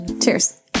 Cheers